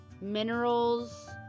minerals